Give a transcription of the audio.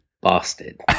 bastard